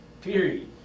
period